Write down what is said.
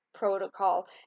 protocol